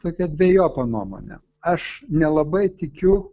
tokia dvejopa nuomonė aš nelabai tikiu